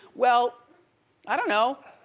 well i don't know.